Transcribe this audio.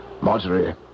Marjorie